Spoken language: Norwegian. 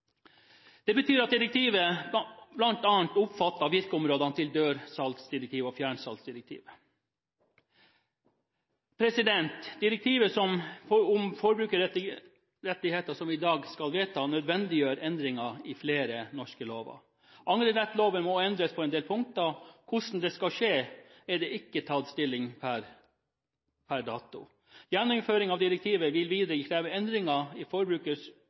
Det betyr at direktivet bl.a. omfatter virkeområdene til dørsalgsdirektivet og fjernsalgsdirektivet. Direktivet om forbrukerrettigheter som vi i dag skal vedta, nødvendiggjør endringer i flere norske lover. Angrerettloven må endres på en del punkter. Hvordan det skal skje, er det ikke tatt stilling til per dags dato. Gjennomføring av direktivet vil videre kreve endringer i